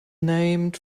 named